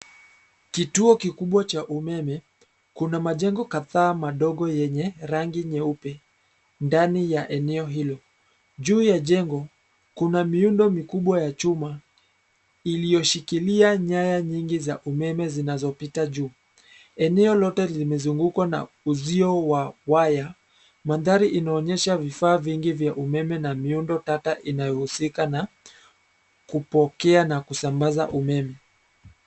Kituo kikubwa cha umeme, kuna majengo kadhaa madogo yenye rangi nyeupe ndani ya eneo hilo. Juu ya jengo kuna miundo mikubwa ya chuma iliyoshikilia nyaya nyingi za umeme zinazopita juu. Eneo lote limezungukwa na uzio wa waya. Mandhari inaonyesha vifaa vingi vya umeme na miundo data inayohusika na kupokea na kusambaza umeme.